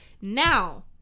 Now